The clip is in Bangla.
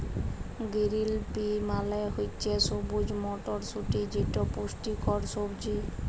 গিরিল পি মালে হছে সবুজ মটরশুঁটি যেট পুষ্টিকর সবজি